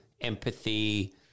empathy